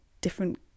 different